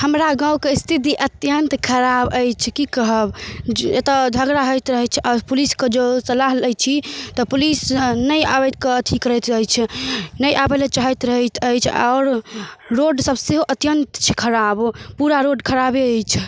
हमरा गाँवके स्थिति अत्यंत खराब अछि की कहब एतऽ झगड़ा होइत रहै छै तऽ पुलिसके जँ सलाह लै छी तऽ पुलिस नहि आबिके अथी करैत रहै छै नहि आबय लए चाहैत रहैत अछि आओर रोडसब सेहो अत्यंत छै खराब पूरा रोड खराबे अछि